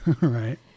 Right